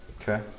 Okay